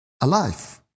alive